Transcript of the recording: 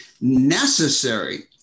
necessary